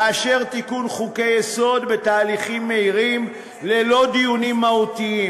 לאשר תיקון חוקי-יסוד בתהליכים מהירים ללא דיונים מהותיים,